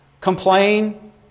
Complain